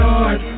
Lord